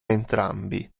entrambi